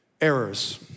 errors